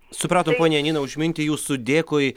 supratom ponia janina už mintį jūsų dėkui